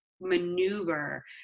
maneuver